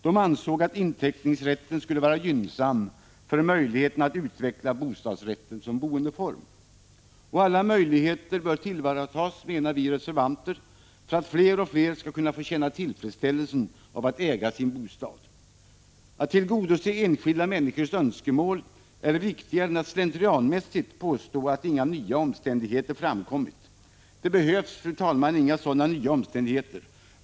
De ansåg att inteckningsrätt skulle vara gynnsam för möjligheten att utveckla bostadsrätten som boendeform. Alla möjligheter bör tillvaratas, menar vi reservanter, för att fler och fler skall få känna tillfredsställelsen av att äga sin bostad. Att tillgodose enskilda människors önskemål är viktigare än att slentrianmässigt påstå att inga nya omständigheter framkommit. Det behövs, fru talman, inga sådana nya omständigheter.